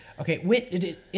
Okay